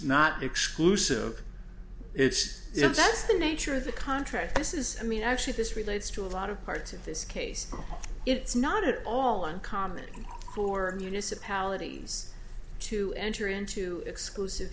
not exclusive it's you know that's the nature of the contract this is i mean actually this relates to a lot of parts of this case it's not at all uncommon for municipalities to enter into exclusive